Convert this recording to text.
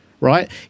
right